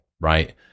right